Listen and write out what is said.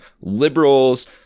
liberals